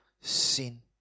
sin